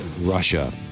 Russia